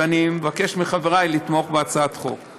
ואני מבקש מחברי לתמוך בהצעת החוק.